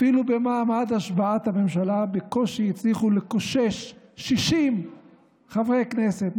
אפילו במעמד השבעת הממשלה בקושי הצליחו לקושש 60 חברי כנסת,